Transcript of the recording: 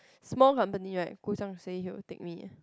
small company right Gu-Zhang say he will take me eh